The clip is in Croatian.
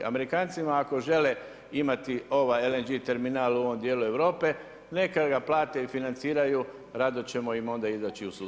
Amerikanci ako žele imati ovaj LNG terminal u ovom dijelu Europe, neka ga plate i financiraju rado ćemo im onda izaći u susret.